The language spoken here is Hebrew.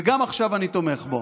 וגם עכשיו אני תומך בו.